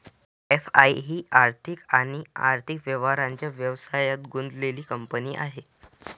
FI ही आर्थिक आणि आर्थिक व्यवहारांच्या व्यवसायात गुंतलेली कंपनी आहे